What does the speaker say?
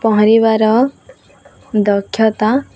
ପହଁରିବାର ଦକ୍ଷତା